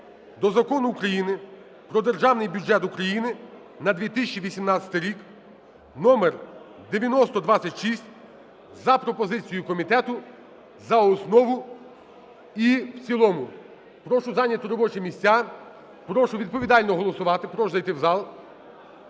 до Закону України "Про Державний бюджет України на 2018 рік" (№ 9026) за пропозицією комітету за основу і в цілому. Прошу зайняти робочі місця, прошу відповідально голосувати, прошу зайти в зал.